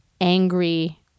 angry